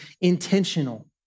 intentional